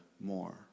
more